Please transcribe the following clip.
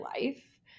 life